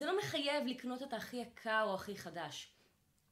זה לא מחייב לקנות את הכי יקר או הכי חדש.